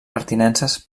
pertinences